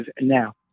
now